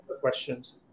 questions